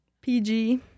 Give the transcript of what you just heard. PG